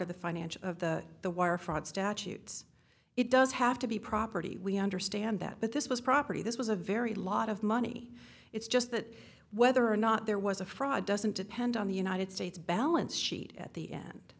of the financial of the the wire fraud statutes it does have to be property we understand that but this was property this was a very lot of money it's just that whether or not there was a fraud doesn't depend on the united states balance sheet at the end